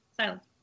Silence